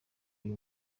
uyu